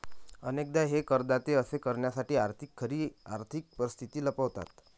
अनेकदा हे करदाते असे करण्यासाठी त्यांची खरी आर्थिक परिस्थिती लपवतात